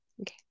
Okay